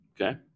Okay